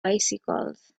bicycles